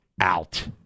out